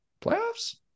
playoffs